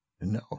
no